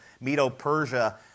Medo-Persia